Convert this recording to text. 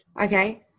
Okay